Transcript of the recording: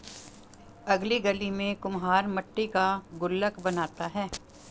अगली गली में कुम्हार मट्टी का गुल्लक बनाता है